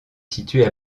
situé